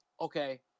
okay